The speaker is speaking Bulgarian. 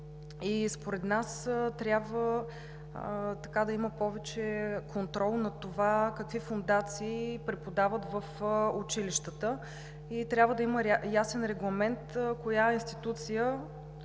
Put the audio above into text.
Според нас трябва да има повече контрол над това какви фондации преподават в училищата. Трябва да има ясен регламент коя институция